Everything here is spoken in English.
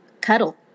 cuddle